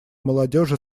молодежи